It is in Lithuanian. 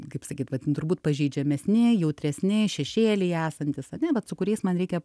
kaip sakyt va turbūt pažeidžiamesni jautresni šešėlyje esantys ane vat su kuriais man reikia